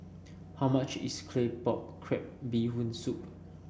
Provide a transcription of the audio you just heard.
how much is Claypot Crab Bee Hoon Soup